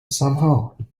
somehow